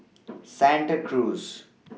Santa Cruz